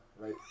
Right